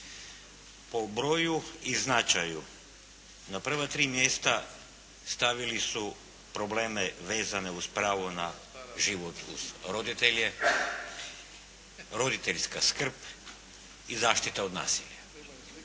Po broju i značaju na prva tri mjesta stavili su probleme vezane uz pravo na život uz roditelje, roditeljska skrb i zaštita od nasilja.